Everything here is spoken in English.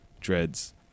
dreads